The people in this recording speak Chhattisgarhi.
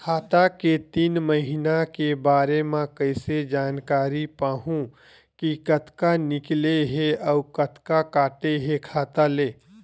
खाता के तीन महिना के बारे मा कइसे जानकारी पाहूं कि कतका निकले हे अउ कतका काटे हे खाता ले?